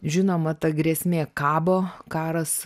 žinoma ta grėsmė kabo karas